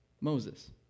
Moses